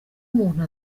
umuntu